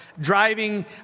driving